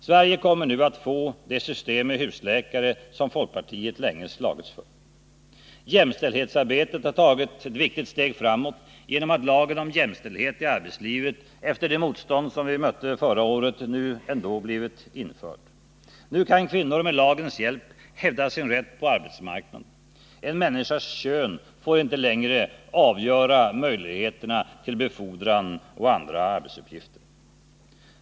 Sverige kommer nu att få det system med husläkare som folkpartiet länge slagits för. Jämställdhetsarbetet har tagit ett viktigt steg framåt genom att lagen om jämställdhet i arbetslivet efter det motstånd vi mötte förra året nu ändå blivit införd. Nu kan kvinnor med lagens hjälp hävda sin rätt på arbetsmarknaden. En människas kön får inte längre avgöra möjligheterna till befordran och andra arbetsuppgifter.